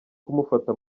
kumufata